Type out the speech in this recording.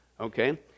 okay